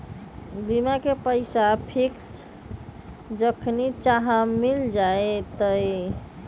बीमा के पैसा फिक्स जखनि चाहम मिल जाएत?